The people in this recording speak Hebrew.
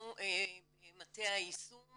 אנחנו במטה היישום